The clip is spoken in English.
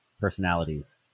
personalities